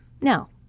Now